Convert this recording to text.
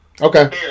Okay